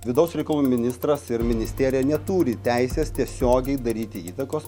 vidaus reikalų ministras ir ministerija neturi teisės tiesiogiai daryti įtakos